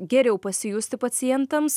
geriau pasijusti pacientams